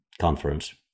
conference